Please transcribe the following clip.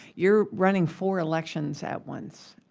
you're running four elections at once.